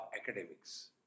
academics